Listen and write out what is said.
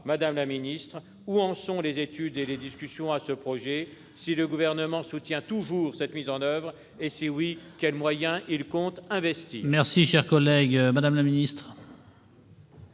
madame la ministre, où en sont les études et les discussions sur ce projet. Le Gouvernement soutient-il toujours cette mise en oeuvre ? Et si oui, quels moyens compte-t-il investir ?